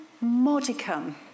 modicum